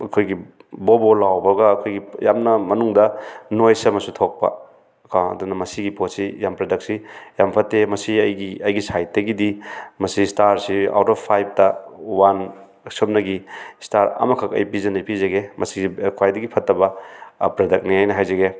ꯑꯩꯈꯣꯏꯒꯤ ꯕꯣꯕꯣ ꯂꯥꯎꯕꯒ ꯑꯩꯈꯣꯏꯒꯤ ꯌꯥꯝꯅ ꯃꯅꯨꯡꯗ ꯅꯣꯏꯁ ꯑꯃꯁꯨ ꯊꯣꯛꯄ ꯀꯣ ꯑꯗꯨꯅ ꯃꯁꯤꯒꯤ ꯄꯣꯠꯁꯤ ꯌꯥꯝ ꯄ꯭ꯔꯗꯛꯁꯤ ꯌꯥꯝ ꯐꯠꯇꯦ ꯃꯁꯤ ꯑꯩꯒꯤ ꯑꯩꯒꯤ ꯁꯥꯏꯗꯇꯒꯤꯗꯤ ꯃꯁꯤ ꯏꯁꯇꯥꯔꯁꯤ ꯑꯥꯎꯠ ꯑꯣꯐ ꯐꯥꯏꯕꯇ ꯋꯥꯟ ꯁꯨꯞꯅꯒꯤ ꯏꯁꯇꯥꯔ ꯑꯃꯈꯛ ꯑꯩ ꯄꯤꯖꯒꯦ ꯃꯁꯤ ꯈ꯭ꯋꯥꯏꯗꯒꯤ ꯐꯠꯇꯕ ꯄ꯭ꯔꯗꯛꯅꯦꯅ ꯍꯥꯏꯖꯒꯦ